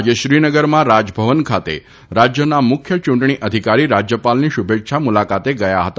આજે શ્રીનગરમાં રાજભવન ખાતે રાજ્યના મુખ્ય યૂંટણી અધિકારી રાજ્યપાલની શુભેચ્છા મુલાકાતે ગયા હતા